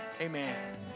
amen